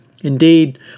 Indeed